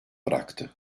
bıraktı